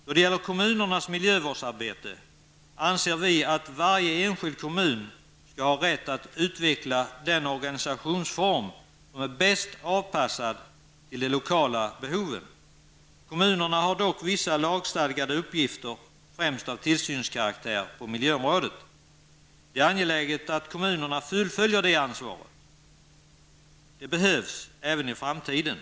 När det gäller kommunernas miljövårdsarbete anser vi att varje enskild kommun skall ha rätt att utveckla den organisationsform som är bäst avpassad till de lokala behoven. Kommunerna har dock vissa lagstadgade uppgifter, främst av tillsynskaraktär, på miljöområdet. Det är angeläget att kommunera fullföljer detta ansvar. Det behövs även i framtiden.